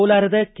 ಕೋಲಾರದ ಕೆ